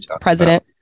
president